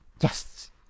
yes